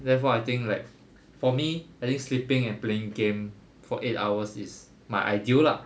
therefore I think like for me at least sleeping and playing game for eight hours is my ideal lah